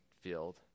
field